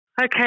Okay